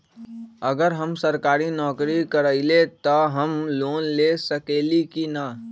अगर हम सरकारी नौकरी करईले त हम लोन ले सकेली की न?